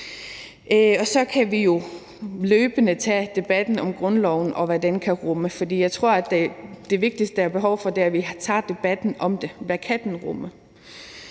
Så kan vi jo løbende tage debatten om grundloven og om, hvad den kan rumme, for jeg tror, det vigtigste, der er behov for, er, at vi tager debatten om det: Hvad kan den rumme?